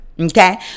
Okay